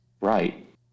Right